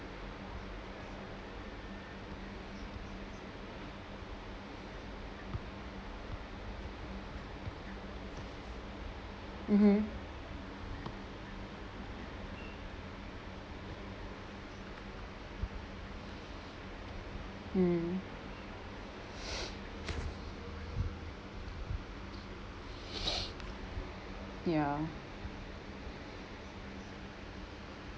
mmhmm mm ya